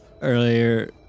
earlier